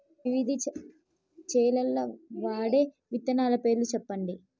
వివిధ చేలల్ల వాడే విత్తనాల పేర్లు చెప్పండి?